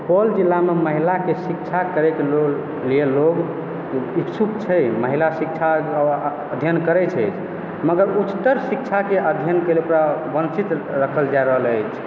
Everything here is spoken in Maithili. सुपौल जिलामे महिलाके शिक्षा करयके लिए लोग इच्छुक छै महिला शिक्षा अध्ययन करैत छै मगर उच्चतर शिक्षाके अध्ययनके लेल ओकरा वञ्चित रखल जा रहल अछि